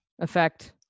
effect